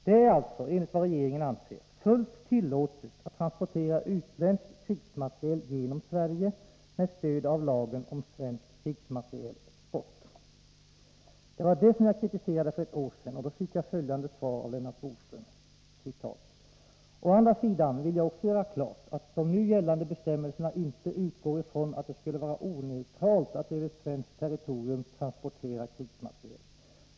Det är alltså, enligt vad regeringen anser, fullt tillåtet att transportera utländsk krigsmateriel genom Sverige med stöd av lagen om svensk krigsmaterieltransport. Det var det som jag kritiserade för ett år sedan, och då fick jag följande svar av Lennart Bodström: ”Å andra sidan vill jag också göra klart att de nu gällande bestämmelserna inte utgår ifrån att det skulle vara oneutralt att över svenskt territorium transportera krigsmateriel.